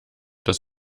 das